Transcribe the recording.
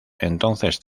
entonces